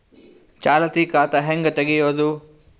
ಚಾಲತಿ ಖಾತಾ ಹೆಂಗ್ ತಗೆಯದು?